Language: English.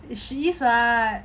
she is [what]